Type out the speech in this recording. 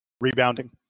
Rebounding